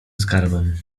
skarbem